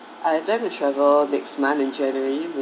I plan to travel next month in january with